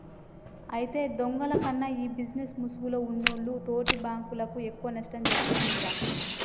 అయితే దొంగల కన్నా ఈ బిజినేస్ ముసుగులో ఉన్నోల్లు తోటి బాంకులకు ఎక్కువ నష్టం ఒరుగుతుందిరా